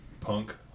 punk